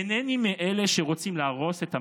אינני מאלה שרוצים להרוס את המערכת,